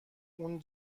اون